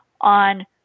on